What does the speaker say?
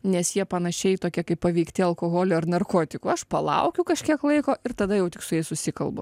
nes jie panašiai tokie kaip paveikti alkoholio ar narkotikų aš palaukiu kažkiek laiko ir tada jau tik su jais susikalbu